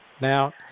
Now